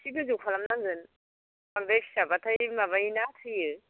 एसे गोजौ खालामनांगोन बांद्राय फिसाबाथाय माबायो ना थैयो